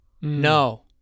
No